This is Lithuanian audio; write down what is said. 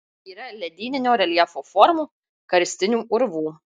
yra ledyninio reljefo formų karstinių urvų